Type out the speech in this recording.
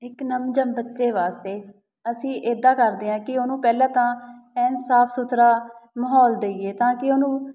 ਇੱਕ ਨਵਜੰਮੇ ਬੱਚੇ ਵਾਸਤੇ ਅਸੀਂ ਇੱਦਾਂ ਕਰਦੇ ਹਾਂ ਕਿ ਉਹਨੂੰ ਪਹਿਲਾਂ ਤਾਂ ਐਨ ਸਾਫ ਸੁਥਰਾ ਮਾਹੌਲ ਦੇਈਏ ਤਾਂ ਕਿ ਉਹਨੂੰ